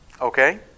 Okay